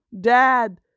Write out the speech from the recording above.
dad